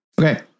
Okay